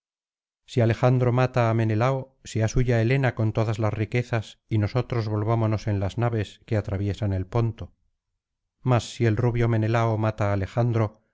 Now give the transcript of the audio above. si alejandro mata á menelao sea suya helena con todas las riquezas y nosotros volvámonos en las naves que atraviesan el ponto mas si el rubio menelao mata á alejandro